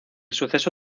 suceso